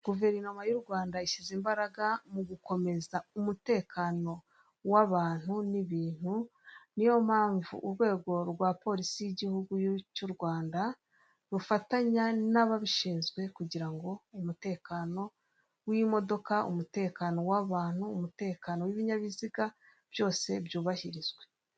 Guverinoma y'u Rwanda ishyize imbaraga mu gukomeza umutekano w'abantu n'ibintu, niyo mpamvu urwego rwa polisi y'igihugu cy'u Rwanda rufatanya n'ababishinzwe kugira ngo umutekano w'imodoka umutekano w'abantu, umutekano w'ibinyabiziga byose byubahirizwe.